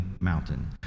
mountain